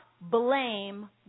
blame